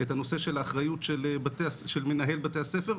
של האחריות של מנהל בית הספר,